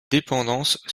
dépendances